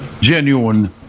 genuine